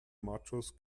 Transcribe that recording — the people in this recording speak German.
machos